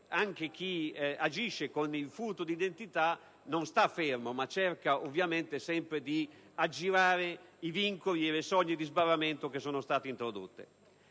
anche chi agisce con il furto di identità non sta fermo, ma cerca sempre di aggirare i vincoli e le soglie di sbarramento che sono stati introdotti.